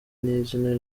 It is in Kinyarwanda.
n’izina